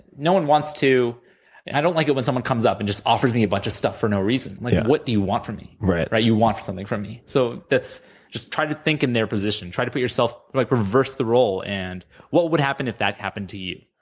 no one wants to i don't like it when someone comes up and just offers me a bunch of stuff for no reason. like what do you want from me? right. you want for something from me, so that's just try to think in their position. try to put yourself like reverse the role, and what would happen, if that happened to you?